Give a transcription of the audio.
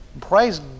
Praise